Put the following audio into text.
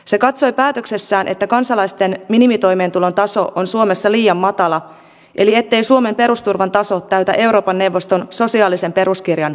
se katsoi päätöksessään että kansalaisten minimitoimeentulon taso on suomessa liian matala eli ettei suomen perusturvan taso täytä euroopan neuvoston sosiaalisen peruskirjan vaatimuksia